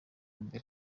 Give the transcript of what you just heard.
mbere